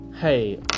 hey